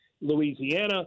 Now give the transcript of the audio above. Louisiana